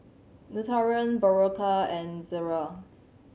Nutren Berocca and Ezerra